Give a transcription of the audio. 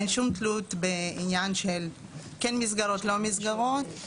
אין שום תלות בעניין של כן מסגרות לא מסגרות,